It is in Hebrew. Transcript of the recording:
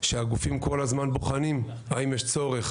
שהגופים כל הזמן בוחנים האם יש צורך